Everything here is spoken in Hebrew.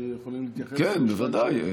כן, בוודאי.